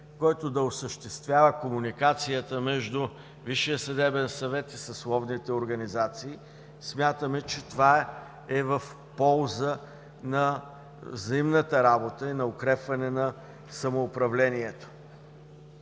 който да осъществява комуникацията между Висшия съдебен съвет и съсловните организации. Смятаме, че това е в полза на взаимната работа и на укрепване на самоуправлението.